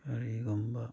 ꯀꯔꯤꯒꯨꯝꯕ